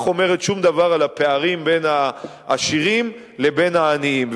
אומרת משהו על הפערים בין העשירים לבין העניים.